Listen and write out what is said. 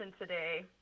today